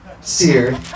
Seared